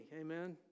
amen